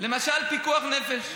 למשל פיקוח נפש.